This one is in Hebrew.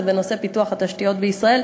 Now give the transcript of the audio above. זה בנושא פיתוח התשתיות בישראל,